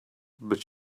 but